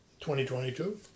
2022